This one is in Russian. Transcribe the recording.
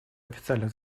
официальных